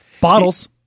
Bottles